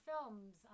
films